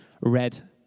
Red